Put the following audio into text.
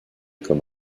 comme